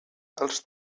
els